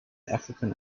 african